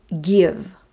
give